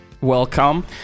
Welcome